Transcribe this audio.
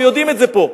ויודעים את זה פה,